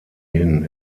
hin